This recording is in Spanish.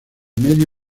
medio